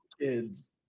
kids